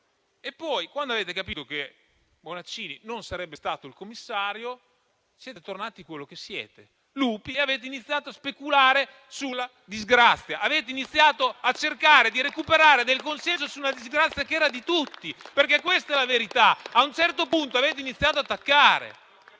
Poi, quando avete capito che Bonaccini non sarebbe stato il commissario, siete tornati quello che siete, ossia lupi, e avete iniziato a speculare sulla disgrazia. Avete iniziato a cercare di recuperare del consenso su una disgrazia che era di tutti: questa è la verità. A un certo punto, avete iniziato ad attaccare.